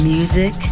Music